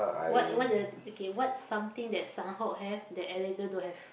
what what the okay what something that Sanhok have that Erangel don't have